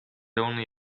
only